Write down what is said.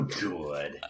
good